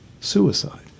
suicide